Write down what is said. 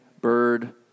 bird